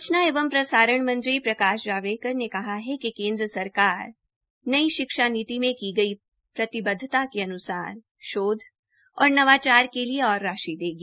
सूचना एवं प्रसारण मंत्री प्रकाश जावड़ेकर ने कहा है कि केन्द्र सरकार नई शिक्षा नीति में की गई प्रतिबद्दता के अनुसार शोध और नवाचार के लिए और राशि देगी